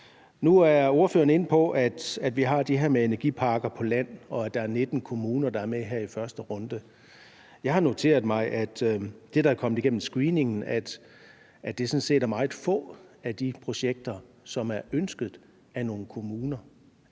Nu er ordføreren inde på, at vi har det her med energiparker på land, og at der er 19 kommuner, der er med her i første runde. Jeg har noteret mig – af det, der er kommet igennem screeningen – at det sådan set er meget få af de projekter, som er ønsket af kommunerne.